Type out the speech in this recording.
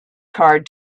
card